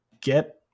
get